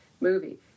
movie